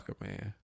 man